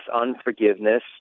unforgiveness